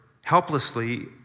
helplessly